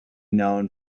known